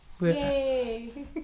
Yay